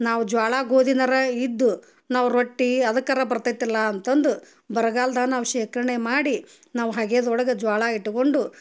ನಾವು ಜ್ವಾಳ ಗೋದಿನಾರ ಇದ್ದು ನಾವು ರೊಟ್ಟಿ ಅದಕ್ಕರ ಬರ್ತೈತಲ್ಲ ಅಂತಂದು ಬರ್ಗಾಲ್ದ ನಾವು ಶೇಖರ್ಣೆ ಮಾಡಿ ನಾವು ಹಗೆದೊಳಗ ಜ್ವಾಳ ಇಟ್ಕೊಂಡು